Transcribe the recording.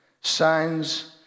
Signs